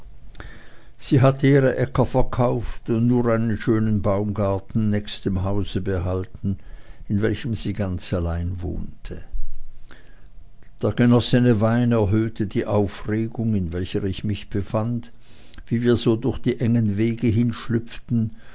sie hatte ihre äcker verkauft und nur einen schönen baumgarten nächst dem hause behalten in welchem sie ganz allein wohnte der genossene wein erhöhte die aufregung in welcher ich mich befand wie wir so durch die engen wege